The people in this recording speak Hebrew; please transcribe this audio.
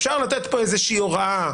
אפשר לתת פה איזושהי הוראה,